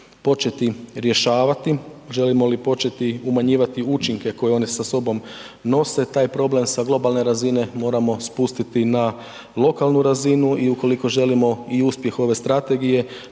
početi rješavati, želimo li početi umanjivati učinke koje one sa sobom nose, taj problem sa globalne razine moramo spustiti na lokalnu razinu i ukoliko želimo i uspjeh ove strategije,